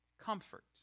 Comfort